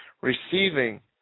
receiving